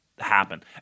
happen